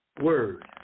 word